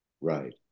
Right